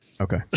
Okay